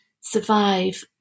survive